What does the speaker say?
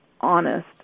honest